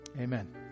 Amen